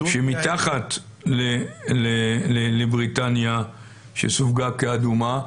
שמתחת לבריטניה שסווגה כאדומה,